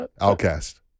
Outcast